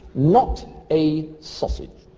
not a sausage.